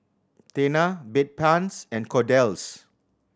Tena Bedpans and Kordel's